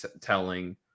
telling